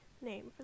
name